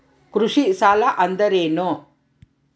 ಕೃಷಿ ಸಾಲ ಅಂದರೇನು?